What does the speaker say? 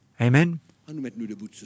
Amen